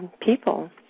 people